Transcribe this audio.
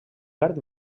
verd